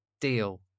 deal